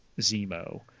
zemo